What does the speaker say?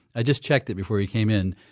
i just checked it before you came in,